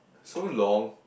so long